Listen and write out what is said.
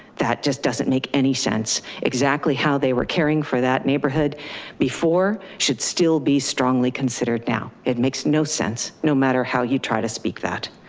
that just doesn't make any sense exactly how they were caring for that neighborhood before should still be strongly considered. now it makes no sense, no matter how you try to speak that.